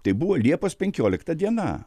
tai buvo liepos penkiolikta diena